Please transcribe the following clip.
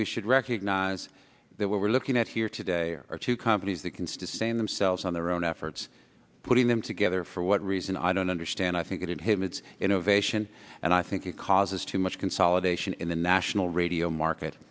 we should recognize that what we're looking at here today are two companies that can sustain themselves on their own efforts putting them together for what reason i don't understand i think it inhibits innovation and i think it causes too much consolidation in the national radio market